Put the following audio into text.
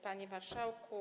Panie Marszałku!